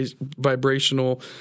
vibrational